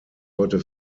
heute